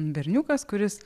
berniukas kuris